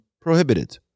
prohibited